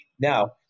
Now